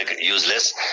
useless